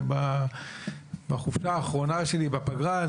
בחופשה האחרונה שלי בפגרה,